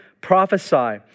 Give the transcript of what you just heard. prophesy